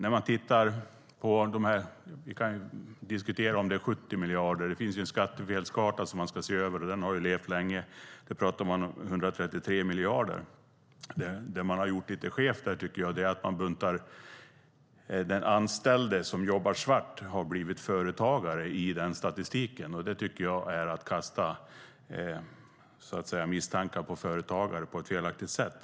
Vi kan diskutera om det är 70 miljarder. Det finns en skattefelskarta som man ska se över. Den har levt länge. Där pratar man om 133 miljarder. Man har gjort det lite skevt där, tycker jag. Den anställde som jobbar svart har blivit företagare i den statistiken. Det tycker jag är att, så att säga, kasta misstankar på företagare på ett felaktigt sätt.